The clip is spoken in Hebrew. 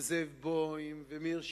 וזאב בוים, ומאיר שטרית,